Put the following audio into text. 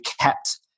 kept